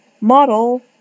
model